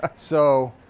ah so,